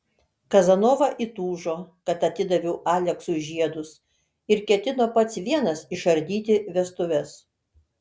kazanova įtūžo kad atidaviau aleksui žiedus ir ketino pats vienas išardyti vestuves